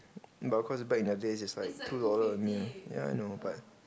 but of course back in the days is like two dollars only ya I know but